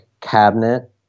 cabinet